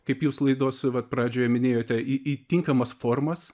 kaip jūs laidos vat pradžioje minėjote į į tinkamas formas